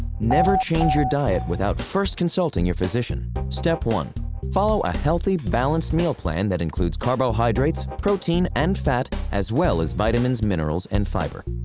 never change your diet without first consulting your physician. step one. follow a healthy, balanced meal plan that includes carbohydrates, protein, and fat, as well as vitamins, minerals, and fiber.